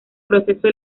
proceso